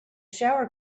shower